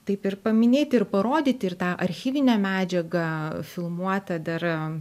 taip ir paminėti ir parodyti ir tą archyvinę medžiagą filmuotą darą